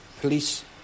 police